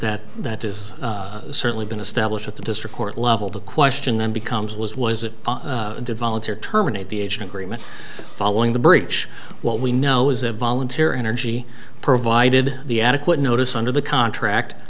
that that is certainly been established at the district court level the question then becomes was was it did volunteer terminate the agent agreement following the breach what we know is a volunteer energy provided the adequate notice under the contract